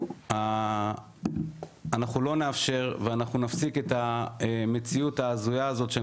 אנחנו לא נאפשר ואנחנו נפסיק את המציאות ההזויה הזאת שאני